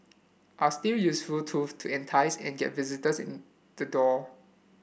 are still useful tools to entice and get visitors in the door